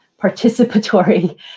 participatory